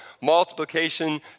multiplication